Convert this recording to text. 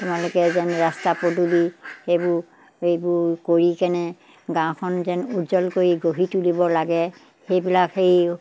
তোমালোকে যেন ৰাস্তা পদূলি সেইবোৰ এইবোৰ কৰি কেনে গাঁওখন যেন উজ্জ্বল কৰি গঢ়ি তুলিব লাগে সেইবিলাক সেই